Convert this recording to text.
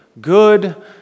good